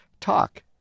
talk